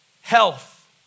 health